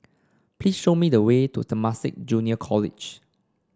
please show me the way to Temasek Junior College